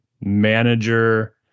manager